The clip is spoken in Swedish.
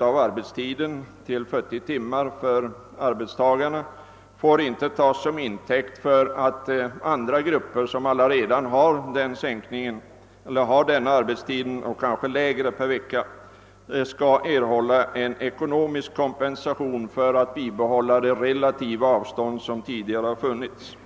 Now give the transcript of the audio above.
av arbetstiden till 40 timmar som nu föreslås får inte tas som intäkt för att ge grupper, som redan har denna och kanske ännu kortare arbetstid, ekonomisk kompensation för att man skall kunna bibehålla det avstånd som hittills funnits.